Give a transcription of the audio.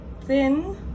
Thin